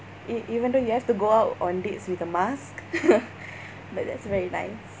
e~ even though you have to go out on dates with a mask but that's very nice